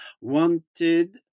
wanted